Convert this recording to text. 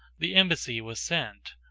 the embassy was sent.